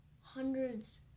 hundreds